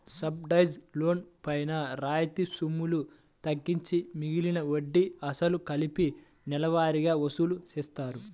subsidised loan పైన రాయితీ సొమ్ములు తగ్గించి మిగిలిన వడ్డీ, అసలు కలిపి నెలవారీగా వసూలు చేస్తారు